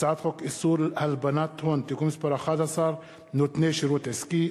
הצעת חוק איסור הלבנת הון (תיקון מס' 11) (נותני שירות עסקי),